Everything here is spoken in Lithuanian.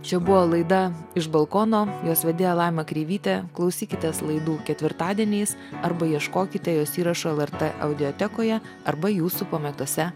čia buvo laida iš balkono jos vedėja laima kreivytė klausykitės laidų ketvirtadieniais arba ieškokite jos įrašo lrt audiotekoje arba jūsų pamėgtose